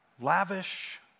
lavish